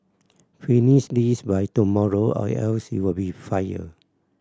finish this by tomorrow or else you'll be fired